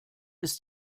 ist